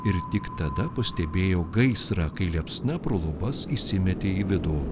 ir tik tada pastebėjo gaisrą kai liepsna pro lubas įsimetė į vidų